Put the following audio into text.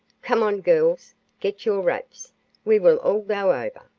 come on, girls get your wraps we will all go over.